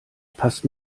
passt